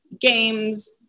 games